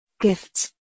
Gifts